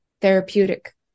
therapeutic